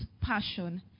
passion